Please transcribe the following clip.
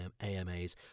AMAs